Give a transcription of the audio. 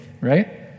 right